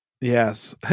yes